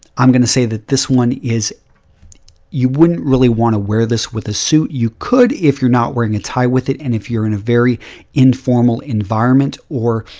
um going to say that this one is nyou wouldnit really want to wear this with a suit. you could if youire not wearing a tie with it and if youire in a very informal environment or